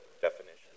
definition